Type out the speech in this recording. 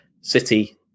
City